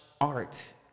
art